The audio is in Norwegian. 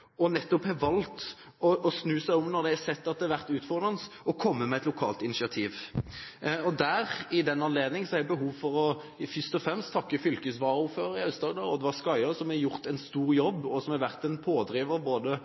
nettopp har valgt å snu om når man har sett at det har vært utfordrende og kommet med et lokalt initiativ. I den anledning har jeg behov for først og fremst å takke fylkesvaraordføreren i Aust-Agder, Oddvar Skaiaa, som har gjort en stor jobb og vært en pådriver mot både